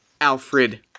Alfred